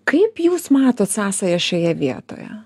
kaip jūs matot sąsają šioje vietoje